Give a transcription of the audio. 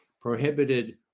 prohibited